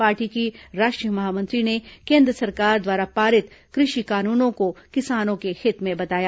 party की राष्ट्रीय महामंत्री ने केन्द्र सरकार द्वारा पारित कृषि कानूनों को किसानों के हित में बताया